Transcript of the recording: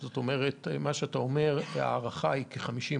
זאת אומרת, ההערכה היא כ-50%,